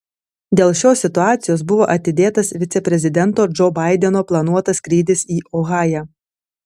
dėl šios situacijos buvo atidėtas viceprezidento džo baideno planuotas skrydis į ohają